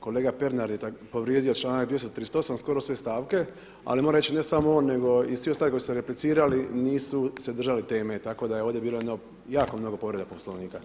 Kolega Pernar je povrijedio članak 238. skoro sve stavke, ali ajmo reći ne samo on nego i svi ostali koji su replicirali nisu se držali teme, tako da je ovdje bilo jako mnogo povreda Poslovnika.